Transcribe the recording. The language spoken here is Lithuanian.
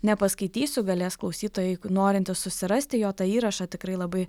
nepaskaitysiu galės klausytojai norintys susirasti jo tą įrašą tikrai labai